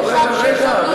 בירוחם, ששם יש ארנונה נמוכה,